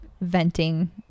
venting